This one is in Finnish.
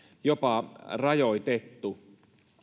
jopa rajoitettu